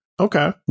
Okay